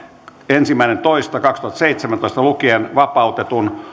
ensimmäinen toista kaksituhattaseitsemäntoista lukien vapautetun